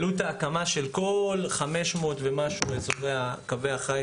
עלות ההקמה של כל 500 ויותר אזורי קווי החיץ